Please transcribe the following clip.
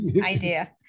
idea